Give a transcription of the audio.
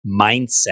mindset